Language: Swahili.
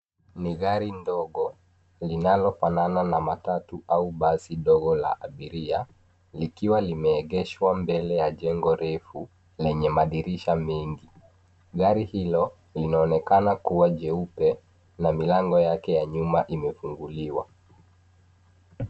Ni gari dogo linalofanana na matatu au basi dogo la abiria likiwa limeegeshwa mbele ya jengo refu lenye madirisha mengi. Gari hilo linaonekana kuwa jeupe na milango yake ya nyuma imefunguliwa.